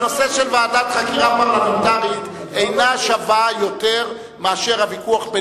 המדינה לא שייכת לא לג'ומס ולא לי.